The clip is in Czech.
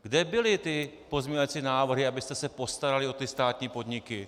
Kde byly ty pozměňovací návrhy, abyste se postarali o ty státní podniky?